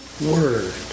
word